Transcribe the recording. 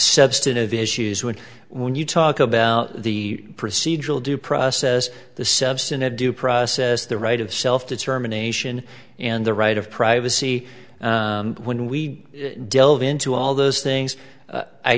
substantive issues which when you talk about the procedural due process the substantive due process the right of self determination and the right of privacy when we delve into all those things